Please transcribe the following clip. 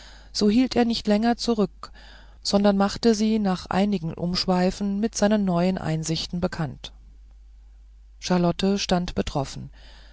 so hielt er nicht länger zurück sondern machte sie nach einigen umschweifen mit seinen neuen einsichten bekannt charlotte stand betroffen